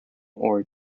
ore